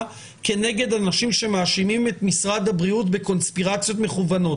כנגד אנשים שמאשימים את משרד הבריאות בקונספירציות מכוונות,